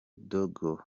dogo